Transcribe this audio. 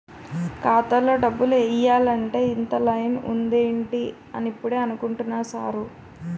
ఖాతాలో డబ్బులు ఎయ్యాలంటే ఇంత లైను ఉందేటి అని ఇప్పుడే అనుకుంటున్నా సారు